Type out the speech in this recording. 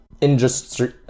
industry